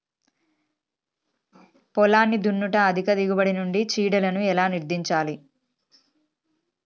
పొలాన్ని దున్నుట అధిక దిగుబడి నుండి చీడలను ఎలా నిర్ధారించాలి?